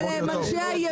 אלה הם אנשי הימין,